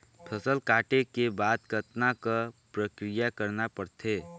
फसल काटे के बाद कतना क प्रक्रिया करना पड़थे?